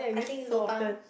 think lobang